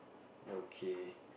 okay